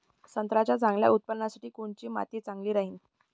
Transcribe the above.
संत्र्याच्या चांगल्या उत्पन्नासाठी कोनची माती चांगली राहिनं?